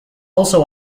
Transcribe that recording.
also